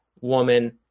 woman